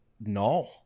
No